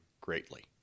greatly